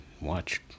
watch